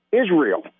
Israel